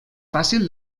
fàcil